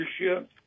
leadership